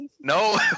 No